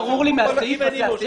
אם נשים את זה כאן,